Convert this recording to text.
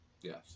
Yes